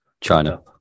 China